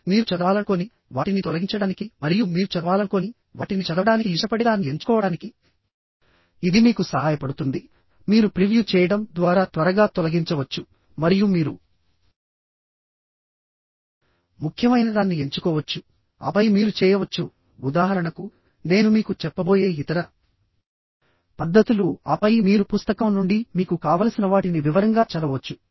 కాబట్టిమీరు చదవాలనుకోని వాటిని తొలగించడానికి మరియు మీరు చదవాలనుకోని వాటిని చదవడానికి ఇష్టపడేదాన్ని ఎంచుకోవడానికి ఇది మీకు సహాయపడుతుంది మీరు ప్రివ్యూ చేయడం ద్వారా త్వరగా తొలగించవచ్చు మరియు మీరు ముఖ్యమైనదాన్ని ఎంచుకోవచ్చు ఆపై మీరు చేయవచ్చు ఉదాహరణకునేను మీకు చెప్పబోయే ఇతర పద్ధతులు ఆపై మీరు పుస్తకం నుండి మీకు కావలసిన వాటిని వివరంగా చదవవచ్చు